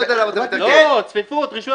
לא, צפיפות, רישוי